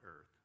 earth